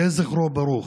יהיה זכרו ברוך.